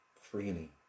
freely